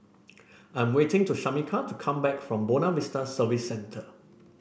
I'm waiting to Shamika to come back from Buona Vista Service Centre